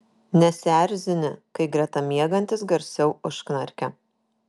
nesierzini kai greta miegantis garsiau užknarkia